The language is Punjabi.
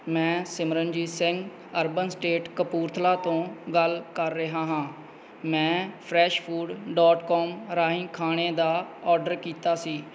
ਮੈਂ ਸਿਮਰਨਜੀਤ ਸਿੰਘ ਅਰਬਨ ਸਟੇਟ ਕਪੂਰਥਲਾ ਤੋਂ ਗੱਲ ਕਰ ਰਿਹਾ ਹਾਂ ਮੈਂ ਫਰੈਸ਼ ਫੂਡ ਡੋਟ ਕਾਮ ਰਾਹੀਂ ਖਾਣੇ ਦਾ ਆਰਡਰ ਕੀਤਾ ਸੀ